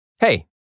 Hey